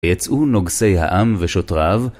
יצאו נוגסיי העם ושוטריו.